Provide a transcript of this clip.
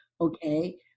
Okay